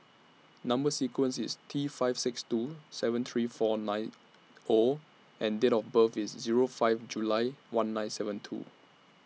Number sequence IS T five six two seven three four nine O and Date of birth IS Zero five July one nine seven two